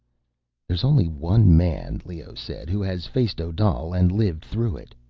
there's only one man, leoh said, who has faced odal and lived through it.